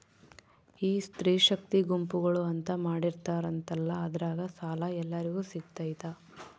ಈ ಸ್ತ್ರೇ ಶಕ್ತಿ ಗುಂಪುಗಳು ಅಂತ ಮಾಡಿರ್ತಾರಂತಲ ಅದ್ರಾಗ ಸಾಲ ಎಲ್ಲರಿಗೂ ಸಿಗತೈತಾ?